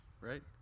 right